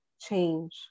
change